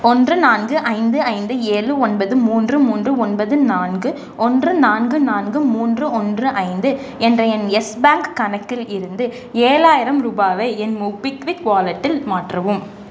ஒன்று நான்கு ஐந்து ஐந்து ஏழு ஒன்பது மூன்று மூன்று ஒன்பது நான்கு ஒன்று நான்கு நான்கு மூன்று ஒன்று ஐந்து என்ற என் எஸ் பேங்க் கணக்கில் இருந்து ஏழாயிரம் ரூபாயை என் மோபிக்விக் வாலெட்டில் மாற்றவும்